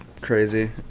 crazy